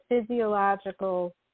physiological